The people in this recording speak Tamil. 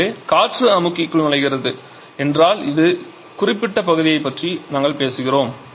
ஆகவே காற்று அமுக்கிக்குள் நுழைகிறது என்றால் இந்த குறிப்பிட்ட பகுதியைப் பற்றி நாங்கள் பேசுகிறோம்